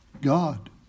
God